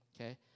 okay